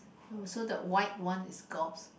also the white one is golf